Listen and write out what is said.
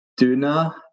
DUNA